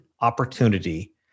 opportunity